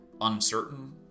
uncertain